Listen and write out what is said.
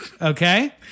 Okay